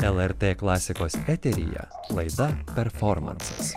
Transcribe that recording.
lrt klasikos eteryje laida performansas